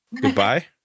Goodbye